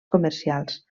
comercials